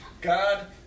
God